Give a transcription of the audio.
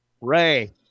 Ray